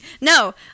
No